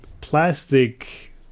plastic